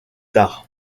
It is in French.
tard